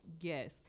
yes